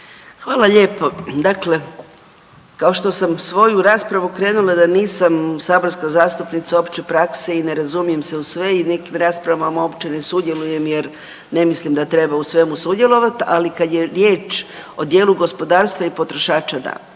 Hvala lijepo. Dakle, kao što sam svoju raspravu krenula da nisam saborska zastupnica opće prakse i ne razumijem se u sve i u nekim raspravama uopće ne sudjelujem jer ne mislim da treba u svemu sudjelovat, ali kad je riječ o djelu gospodarstva i potrošača, da.